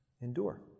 Endure